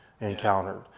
encountered